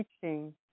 teaching